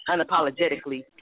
unapologetically